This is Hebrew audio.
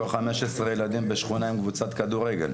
כל 15 ילדים בשכונה הם קבוצת כדורגל,